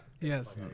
yes